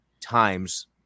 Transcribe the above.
times